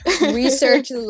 research